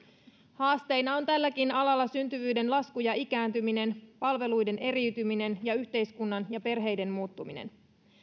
haasteina ovat tälläkin alalla syntyvyyden lasku ja ikääntyminen palveluiden eriytyminen ja yhteiskunnan ja perheiden muuttuminen